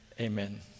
amen